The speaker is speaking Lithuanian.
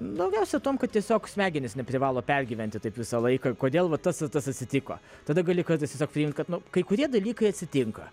daugiausia tuom kad tiesiog smegenys neprivalo pergyventi taip visą laiką kodėl va tas tas atsitiko tada gali tas tiesiog priimt kad nu kai kurie dalykai atsitinka